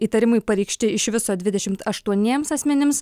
įtarimai pareikšti iš viso dvidešimt aštuoniems asmenims